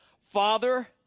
Father